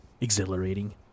exhilarating